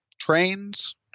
trains